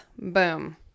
boom